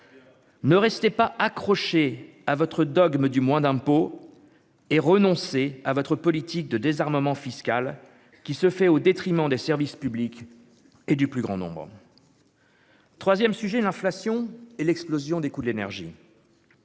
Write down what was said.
Ne restait pas accroché à votre dogme du moins d'impôts et renoncer à votre politique de désarmement fiscal qui se fait au détriment des services publics et du plus grand nombre. 3ème sujet : l'inflation et l'explosion des coûts de l'énergie,